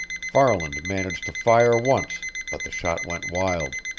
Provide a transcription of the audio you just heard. farland managed to fire once, but the shot went wild.